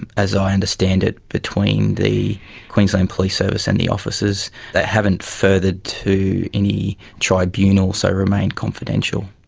and as i understand it, between the queensland police service and the officers that haven't furthered to any tribunal, so remain confidential.